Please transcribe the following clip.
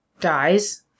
dies